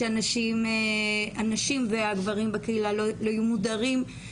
שהנשים והגברים בקהילה לא יהיו מודרים,